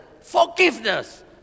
forgiveness